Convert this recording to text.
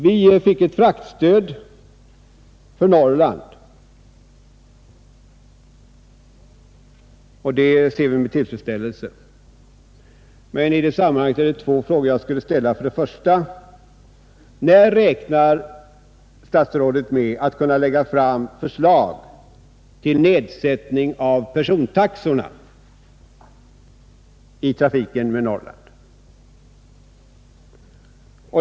Vi fick ett fraktstöd för Norrland, och det ser vi med tillfredsställelse, men i detta sammanhang är det två frågor som jag skulle vilja ställa. För det första: När räknar statsrådet med att kunna lägga fram förslag till nedsättning av persontaxorna i trafiken med Norrland?